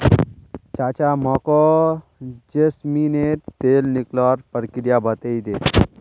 चाचा मोको जैस्मिनेर तेल निकलवार प्रक्रिया बतइ दे